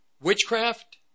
Witchcraft